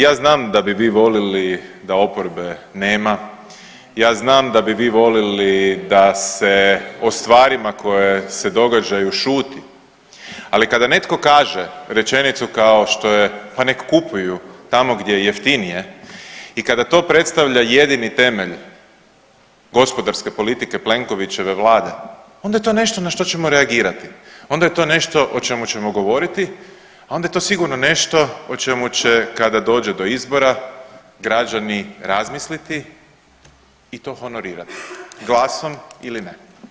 Ja znam da bi vi volili da oporbe nema, ja znam da bi vi volili da se o stvarima koje se događaju šuti., Ali kada netko kaže rečenicu kao što je pa nek' kupuju tamo gdje je jeftinije i kada to predstavlja jedini temelj gospodarske politike Plenkovićeve vlade, onda je to nešto na što ćemo reagirati, onda je to nešto o čemu ćemo govoriti, onda je to sigurno nešto o čemu će kada dođe do izbora građani razmisliti i to honorirati glasom ili ne.